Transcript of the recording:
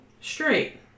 straight